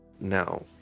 Now